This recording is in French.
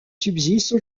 subsistent